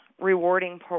rewarding